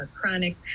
chronic